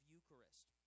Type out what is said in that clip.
Eucharist